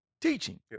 teaching